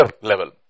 level